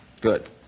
Good